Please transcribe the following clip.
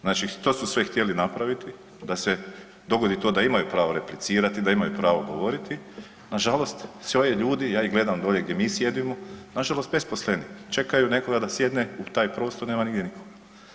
Znači što su sve htjeli napraviti da se dogodi to da imaju pravo replicirati, da imaju pravo govoriti, nažalost sve ovi ljudi, ja ih gledam dolje gdje mi sjedimo, nažalost besposleni, čekaju nekoga da sjedne u taj prostor, nema nigdje nikog.